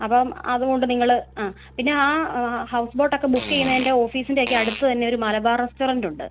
അപ്പം അതുകൊണ്ട് നിങ്ങൾ ആ പിന്നെ ആ ഹൗസ് ബോട്ട് ഒക്കെ ബുക്ക് ചെയ്യുന്നതിൻ്റെ ഓഫീസിൻ്റെ ഒക്കെ അടുത്ത് തന്നെ ഒരു മലബാർ റെസ്റ്റോറൻ്റ് ഉണ്ട്